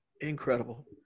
Incredible